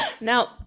Now